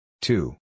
Two